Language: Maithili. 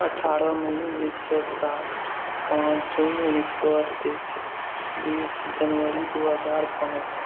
अठारह मई उन्नैस सए साठि पाँच जून उन्नैस सए अस्सी बीस जनवरी दू हजार पाँच